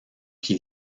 qui